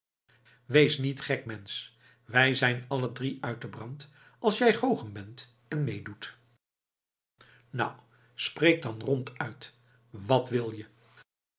wees niet gek mensch wij zijn alle drie uit den brand als jij goochem bent en meedoet nou spreek dan ronduit wat wil je